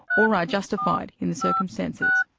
or are justified in the circumstances.